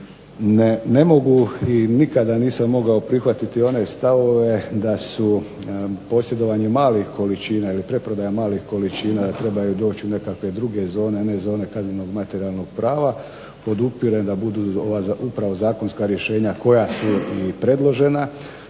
Ne mogu i nikada nisam mogao prihvatiti one stavove da su posjedovanje malih količina ili preprodaja malih količina da trebaju doći u nekakve druge zone, ne zone kaznenog materijalnog prava. Podupirem da budu ova upravo zakonska rješenja koja su i predložena,